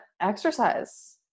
exercise